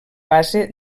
base